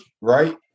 right